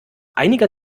einiger